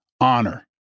honor